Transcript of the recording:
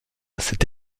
cette